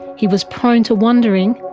he was prone to wandering,